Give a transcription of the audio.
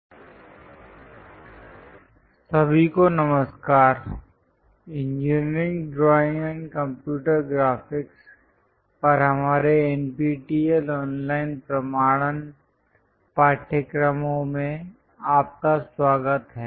lecture 03 introduction to engineering drawing III सभी को नमस्कार engineering drawing and computer graphics पर हमारे एनपीटीईएल ऑनलाइन प्रमाणन पाठ्यक्रमों में आपका स्वागत है